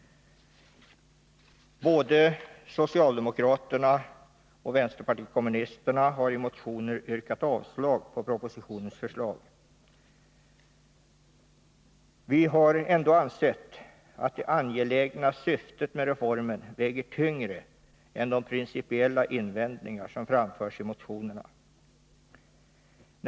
Både socialdemokraterna och vänsterpartiet kommunisterna har i motioner yrkat avslag på propositionens förslag. Vi har dock ansett att det angelägna syftet med reformen väger tyngre än de principiella invändningar som framförs i motionerna.